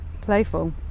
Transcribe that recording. playful